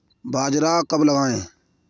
बाजरा कब लगाएँ?